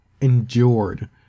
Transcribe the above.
endured